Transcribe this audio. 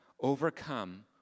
overcome